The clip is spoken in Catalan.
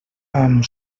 amb